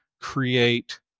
create